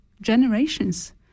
generations